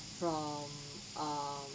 from err